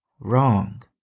wrong